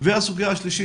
והסוגיה השלישית,